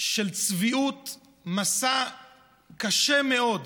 של צביעות, מסע קשה מאוד,